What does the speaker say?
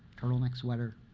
turtleneck sweater,